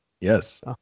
Yes